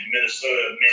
Minnesota